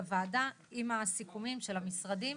אנחנו נגיע לוועדה עם הסיכומים של המשרדים.